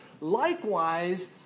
Likewise